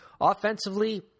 Offensively